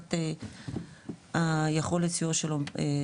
מבחינת יכולת הסיוע שלו.